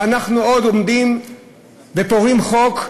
ואנחנו עוד עומדים ופורעים חוק,